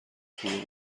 طول